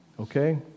Okay